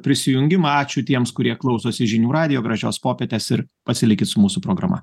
prisijungimą ačiū tiems kurie klausosi žinių radijo gražios popietės ir pasilikit su mūsų programa